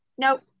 Nope